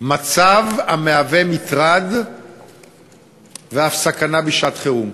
מצב המהווה מטרד ואף סכנה בשעת חירום.